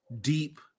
deep